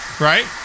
Right